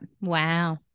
Wow